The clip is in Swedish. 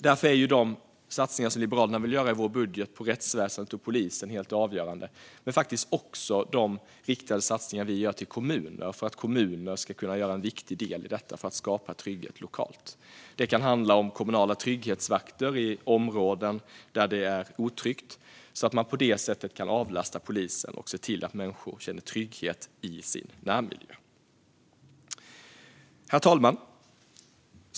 Därför är de satsningar som Liberalerna vill göra på rättsväsendet och polisen helt avgörande, och faktiskt också de satsningar vi gör till kommuner, för att kommunerna ska kunna skapa trygghet lokalt. Det kan handla om kommunala trygghetsvakter i områden där det är otryggt, så att man på det sättet kan avlasta polisen och se till att människor känner trygghet i sin närmiljö. Herr talman!